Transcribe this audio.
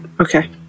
Okay